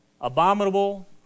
abominable